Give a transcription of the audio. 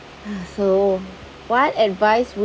so what advice would